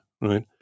Right